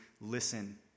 listen